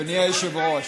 אדוני היושב-ראש,